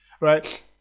right